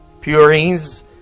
Purines